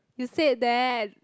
you said that